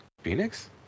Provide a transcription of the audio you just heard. Phoenix